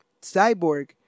Cyborg